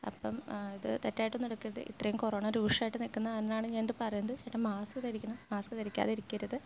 അപ്പം ഇത് തെറ്റായിട്ടൊന്നും എടുക്കരുത് ഇത്രയും കൊറോണ രൂക്ഷമായിട്ട് നിൽക്കുന്നത് കാരണമാണ് ഞാനിത് പറയുന്നത് ചേട്ടന് മാസ്ക് ധരിക്കണം മാസ്ക് ധരിക്കാതെ ഇരിക്കരുത്